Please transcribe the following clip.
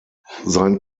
sein